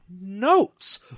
notes